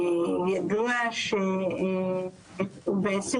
ידוע שהוא בעצם,